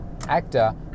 actor